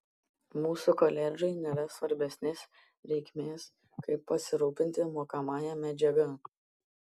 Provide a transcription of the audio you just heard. mūsų koledžui nėra svarbesnės reikmės kaip pasirūpinti mokomąja medžiaga